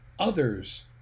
others